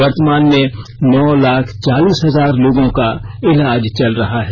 वर्तमान में नौ लाख चालीस हजार लोगों का इलाज चल रहा है